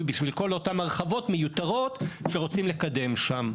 בשביל כל אותן הרחבות מיותרות שרוצים לקדם שם.